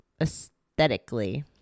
aesthetically